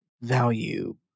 value